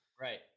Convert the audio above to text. right